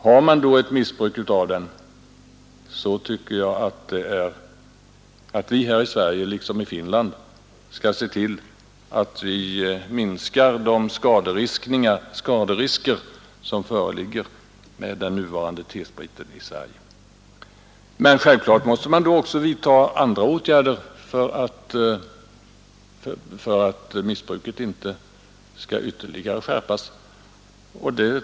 Eftersom T-spriten missbrukas, tycker jag att vi här i Sverige liksom man gör i Finland bör se till att minska de skaderisker som föreligger med den nuvarande T-spriten. Men självklart måste man då också vidta andra åtgärder för att missbruket inte skall öka än mera.